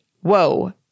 whoa